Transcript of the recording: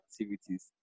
activities